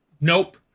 nope